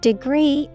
Degree